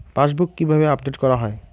Passbook কিভাবে update করা হয়?